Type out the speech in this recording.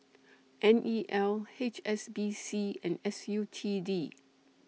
N E L H S B C and S U T D